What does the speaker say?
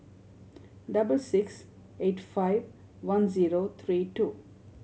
double six eight five one zero three two